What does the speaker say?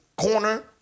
Corner